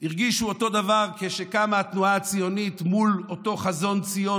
הרגישו אותו דבר כשקמה התנועה הציונית מול אותו "חזון ציון",